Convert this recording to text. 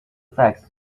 facts